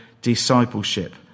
discipleship